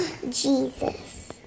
Jesus